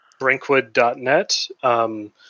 Brinkwood.net